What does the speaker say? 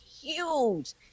huge